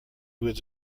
was